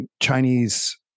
Chinese